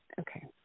Okay